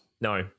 No